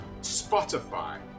Spotify